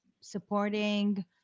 supporting